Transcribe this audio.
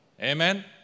Amen